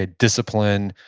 ah discipline.